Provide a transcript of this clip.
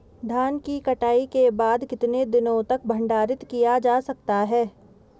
धान की कटाई के बाद कितने दिनों तक भंडारित किया जा सकता है?